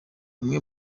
imwe